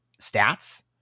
stats